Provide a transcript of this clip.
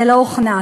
זה לא הוכנס.